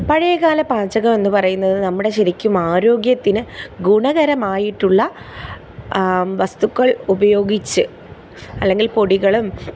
പഴയകാല പാചകമെന്ന് പറയുന്നത് നമ്മുടെ ശരിക്കും ആരോഗ്യത്തിന് ഗുണകരമായിട്ടുള്ള വസ്തുക്കൾ ഉപയോഗിച്ച് അല്ലെങ്കിൽ പൊടികളും